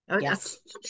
Yes